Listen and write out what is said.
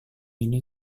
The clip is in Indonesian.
ini